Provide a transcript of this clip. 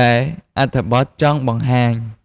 ដែលអត្ថបទចង់បង្ហាញ។